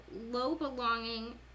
low-belonging